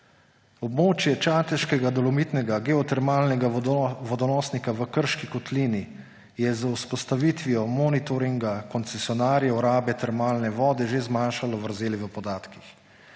»Območje Čateškega dolomitnega geotermalnega vodonosnika v Krški kotlini je z vzpostavitvijo monitoringa koncesionarjev rabe termalne vode že zmanjšalo vrzeli v podatkih.